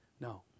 no